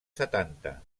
setanta